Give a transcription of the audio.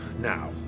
Now